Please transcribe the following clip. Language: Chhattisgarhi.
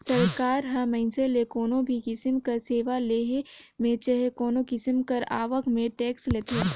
सरकार ह मइनसे ले कोनो भी किसिम कर सेवा लेहे में चहे कोनो किसिम कर आवक में टेक्स लेथे